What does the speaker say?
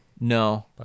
No